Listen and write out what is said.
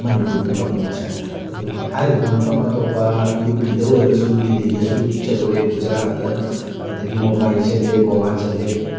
ꯃꯅꯤꯄꯨꯔ ꯇꯧꯅ ꯑꯗꯨꯃꯛ ꯁꯥꯏ ꯑꯗꯨ ꯍꯥꯏꯔꯤꯕ ꯃꯐꯝ ꯑꯇꯣꯞꯄ ꯌꯨ ꯄꯤꯗ ꯑꯣꯏꯔꯒꯁꯨ ꯗꯤꯜꯂꯤꯗꯁꯨ ꯆꯠꯂꯨꯔꯦ ꯒꯨꯖꯔꯥꯠꯇ ꯑꯗꯒꯤ ꯃꯨꯝꯕꯥꯏ ꯆꯠꯂꯦ ꯒꯣꯋꯥ ꯆꯠꯂꯦ